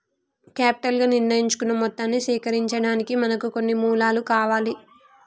capital గా నిర్ణయించుకున్న మొత్తాన్ని సేకరించడానికి మనకు కొన్ని మూలాలు కావాలి